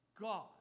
God